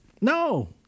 no